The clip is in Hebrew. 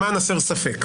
למען הסר ספק.